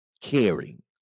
caring